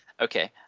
Okay